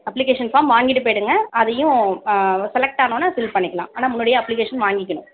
application form வாங்கிட்டு போய்விடுங்க அதையும் ஆ செலக்ட் ஆனவுடன ஃபில் பண்ணிக்கலாம் ஆனால் முன்னாடியே அப்ளிகேஷன் வாங்கிக்கணும்